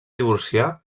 divorciar